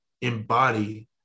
embody